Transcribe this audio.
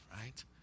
right